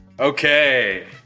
Okay